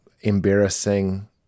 embarrassing